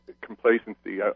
complacency